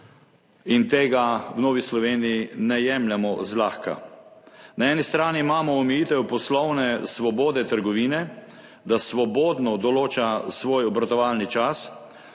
In tega v Novi Sloveniji ne jemljemo zlahka. Na eni strani imamo omejitev poslovne svobode trgovine, da svobodno določa svoj obratovalni čas.